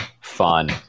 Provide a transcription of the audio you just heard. fun